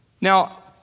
Now